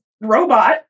robot